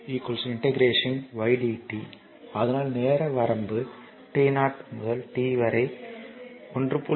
q integration ydt ஆனால் நேர வரம்பு t0 முதல் t வரை 1